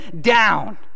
down